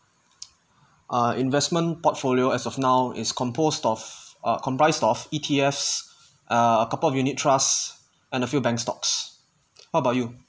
ah investment portfolio as of now is composed of uh comprised of E_T_S a couple of unit trusts and a few bank stocks what about you